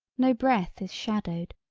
no breath is shadowed,